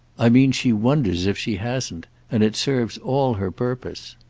i mean she wonders if she hasn't and it serves all her purpose.